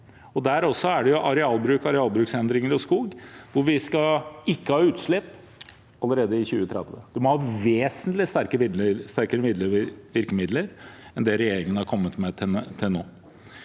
der er det arealbruk, arealbruksendring og skog, hvor vi skal nå målet om ikke å ha utslipp allerede i 2030. En må ha vesentlig sterkere virkemidler enn det regjeringen har kommet med til nå.